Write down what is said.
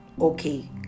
Okay